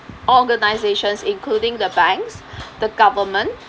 organizations including the banks the government